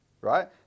right